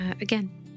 again